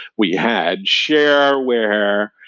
we had shareware.